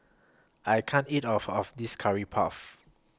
I can't eat All of This Curry Puff